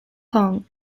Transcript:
kong